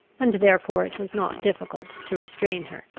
and therefore it was not difficult to restrain her.